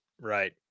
Right